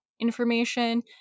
information